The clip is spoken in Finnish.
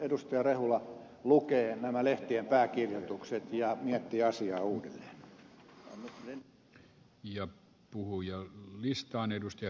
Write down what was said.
rehula lukee nämä lehtien pääkirjoitukset ja miettii asiaa uudelleen